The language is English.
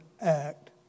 act